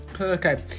Okay